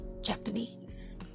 Japanese